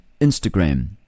Instagram